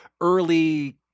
early